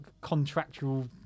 contractual